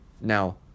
Now